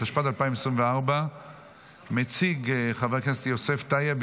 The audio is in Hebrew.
התשפ"ד 2024. יציג חבר הכנסת יוסף טייב,